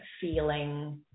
feeling